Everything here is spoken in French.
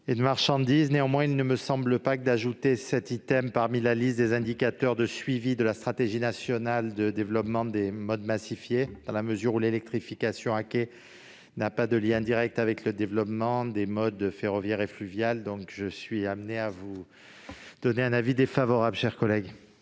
et de marchandises, mais il ne me semble pas pertinent d'ajouter cet item parmi la liste des indicateurs de suivi de la stratégie nationale de développement des modes massifiés, dans la mesure où l'électrification à quai n'a pas de lien direct avec le développement des modes ferroviaires et fluviaux. En conséquence, l'avis est défavorable. Quel est